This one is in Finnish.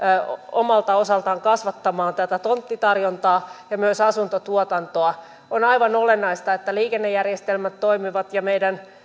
omalta osaltaan kasvattamaan tätä tonttitarjontaa ja myös asuntotuotantoa on aivan olennaista että liikennejärjestelmät toimivat ja